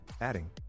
adding